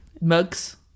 mugs